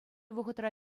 вӑхӑтра